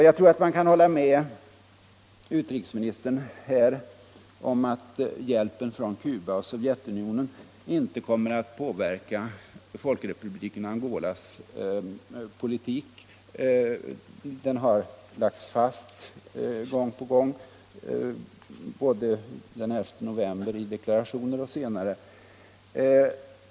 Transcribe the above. Jag tror att man kan hålla med utrikesministern om att hjälpen från Cuba och Sovjetunionen inte kommer att bestämma Folkrepubliken Angolas politik. Den har lagts fast gång på gång, i deklarationer den 11 november och senare.